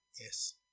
Yes